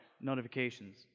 notifications